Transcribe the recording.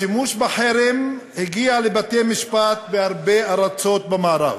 השימוש בחרם הגיע לבתי-משפט בהרבה ארצות במערב,